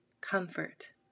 comfort